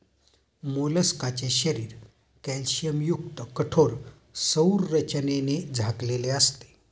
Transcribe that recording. मोलस्काचे शरीर कॅल्शियमयुक्त कठोर संरचनेने झाकलेले असते